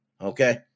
Okay